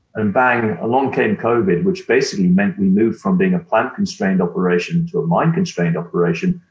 and bang, along came covid, which basically meant we moved from being a plant-constrained operation to a mine-constrained operation.